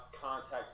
contact